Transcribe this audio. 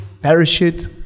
parachute